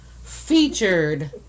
featured